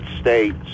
States